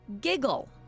Giggle